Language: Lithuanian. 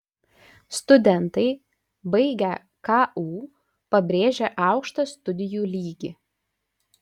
studentai baigę ku pabrėžia aukštą studijų lygį